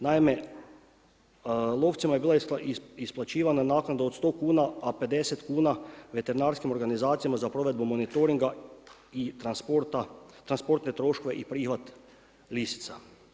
Naime, lovcima je bila isplaćivana naknada od 100 kuna, a 50 kuna veterinarskim organizacijama za provedbu monitoringa i transporta, transportne troškove i prihvat lisica.